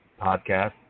podcast